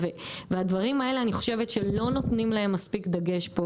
והדברים האלה אני חושבת שלא נותנים להם מספיק דגש פה,